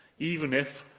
even if,